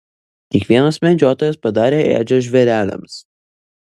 kiekvienas medžiotojas padarė ėdžias žvėreliams